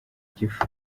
gifu